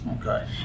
Okay